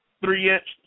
three-inch